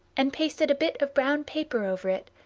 and pasted a bit of brown paper over it,